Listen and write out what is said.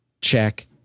check